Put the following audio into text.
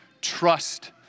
trust